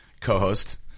co-host